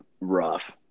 rough